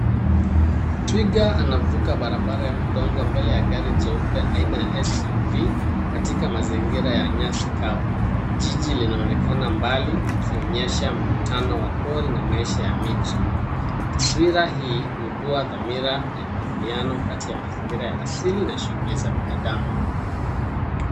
Twiga anavuka barabara ya udongo mbele ya gari jeupe aina ya SUV katika mazingira ya nyasi kavu. Jiji linaonekana mbali likionyesha mkutano wa pori na maisha ya miji. Taswira hii huibua dhamira ya mwingiliano kati ya mazingira ya asili na shughuli za binadamu.